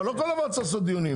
לא כל דבר צריך לעשות דיונים,